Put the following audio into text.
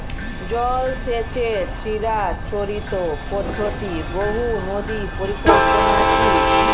জল সেচের চিরাচরিত পদ্ধতি বহু নদী পরিকল্পনা কি?